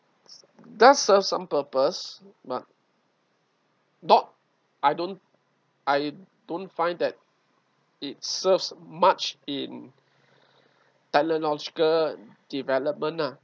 does serve some purpose but not I don't I don't find that it serves much in an outskirt development lah